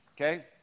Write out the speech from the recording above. Okay